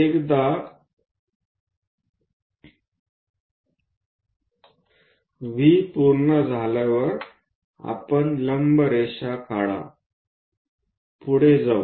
एकदा V पूर्ण झाल्यावर आपण लंब रेषा काढा पुढे जाऊ